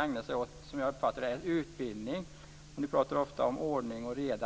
ägna sig åt, som jag uppfattar det, är utbildning. Ni talar också ofta om ordning och reda.